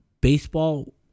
Baseball